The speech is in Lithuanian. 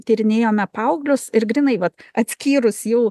tyrinėjome paauglius ir grynai vat atskyrus jau